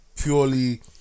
purely